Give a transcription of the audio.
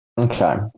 okay